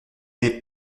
n’est